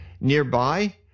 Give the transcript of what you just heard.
nearby